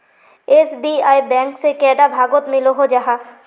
SBI bank से कैडा भागोत मिलोहो जाहा?